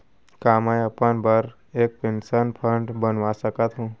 का मैं अपन बर एक पेंशन फण्ड बनवा सकत हो?